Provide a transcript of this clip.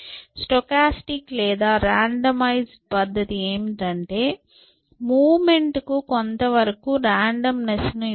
stochastic లేదా randomise పద్ధతి ఏమిటంటే మూవ్ మెంట్ కు కొంతవరకు రాండమ్ నెస్ ను ఇస్తుంది